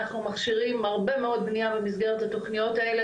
אנחנו מכשירים הרבה מאוד בנייה במסגרת התוכניות האלה,